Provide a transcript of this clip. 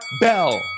bell